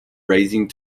raising